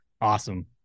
Awesome